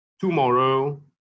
tomorrow